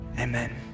Amen